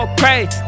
crazy